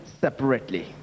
separately